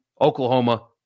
Oklahoma